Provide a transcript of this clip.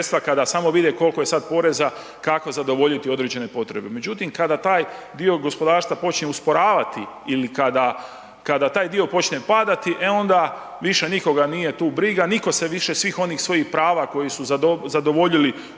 kada samo vide koliko je sad poreza kako zadovoljiti određene potrebe. Međutim, kada taj dio gospodarstva počinje usporavati ili kada taj dio počne padati, e onda više nikoga nije tu briga, nitko se više svih onih svojih prava koje su zadovoljili